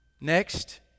Next